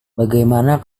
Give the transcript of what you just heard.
bagaimana